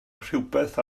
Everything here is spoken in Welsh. rhywbeth